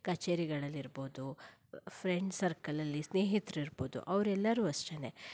ಕಛೇರಿಗಳಲ್ಲಿ ಇರ್ಬೌದು ಫ್ರೆಂಡ್ಸ್ ಸರ್ಕಲಲ್ಲಿ ಸ್ನೇಹಿತರಿರ್ಬೌದು ಅವರೆಲ್ಲರೂ ಅಷ್ಟೇ